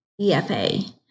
EFA